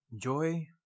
Joy